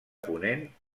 ponent